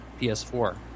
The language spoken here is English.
PS4